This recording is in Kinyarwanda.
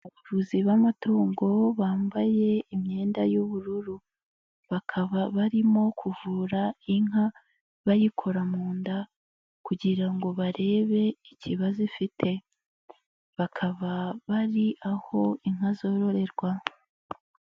Abavuzi b'amatungo bambaye imyenda y'ubururu, bakaba barimo kuvura inka bayikora mu nda kugira ngo barebe ikibazo ifite, bakaba bari aho inka zororerwa.